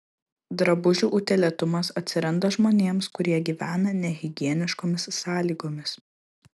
drabužių utėlėtumas atsiranda žmonėms kurie gyvena nehigieniškomis sąlygomis